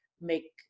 make